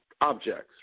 Objects